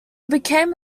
became